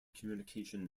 communication